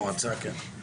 כן,